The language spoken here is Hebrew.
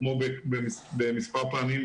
כמו במספר פעמים.